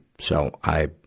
so, i,